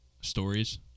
stories